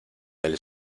del